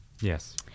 Yes